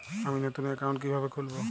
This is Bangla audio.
আমি নতুন অ্যাকাউন্ট কিভাবে খুলব?